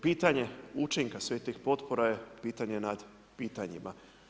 Pitanje učinka svih tih potpora je pitanje nad pitanjima.